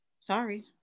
Sorry